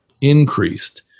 increased